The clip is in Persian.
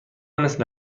مثل